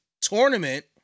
tournament